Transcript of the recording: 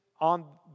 On